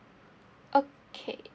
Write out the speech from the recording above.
okay